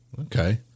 Okay